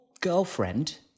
girlfriend